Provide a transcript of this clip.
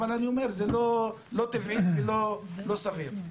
אבל זה לא טבעי ולא סביר.